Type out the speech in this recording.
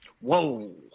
Whoa